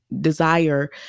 desire